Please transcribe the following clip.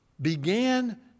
began